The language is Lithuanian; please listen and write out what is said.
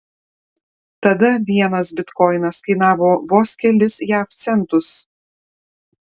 tada vienas bitkoinas kainavo vos kelis jav centus